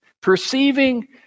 Perceiving